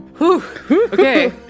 Okay